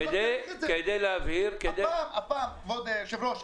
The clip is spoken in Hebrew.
כבוד היושב-ראש,